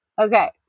Okay